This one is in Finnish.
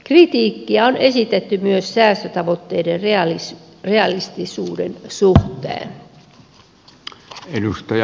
kritiikkiä on esitetty myös säästötavoitteiden realistisuuden suhteen